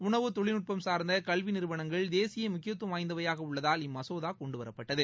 உணவு தொழில்நுட்பம் சார்ந்த கல்வி நிறுவனங்கள் தேசிய முக்கியத்துவம் வாய்ந்தவையாக உள்ளதால் இம்மசோதா கொண்டுவரப்பட்டது